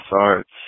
Arts